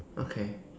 okay